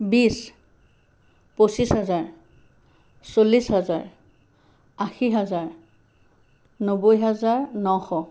বিছ পঁচিছ হাজাৰ চল্লিছ হাজাৰ আশী হাজাৰ নব্বৈ হাজাৰ নশ